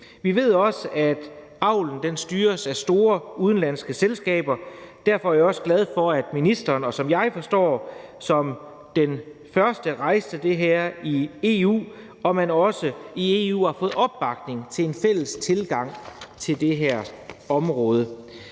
Vi ved også, at avlen styres af store udenlandske selskaber. Derfor er jeg også glad for, at ministeren, som jeg forstår det, som den første rejste det her i EU, og at man også i EU har fået opbakning til en fælles tilgang til det her område